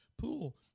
pool